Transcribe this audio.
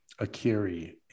Akiri